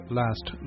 last